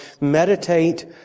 meditate